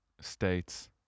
states